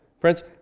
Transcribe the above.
Friends